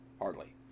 Hardly